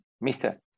mister